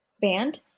band